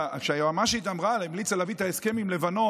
כשהיועמ"שית המליצה להביא את ההסכם עם לבנון,